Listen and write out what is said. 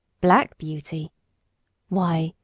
black beauty why,